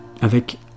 avec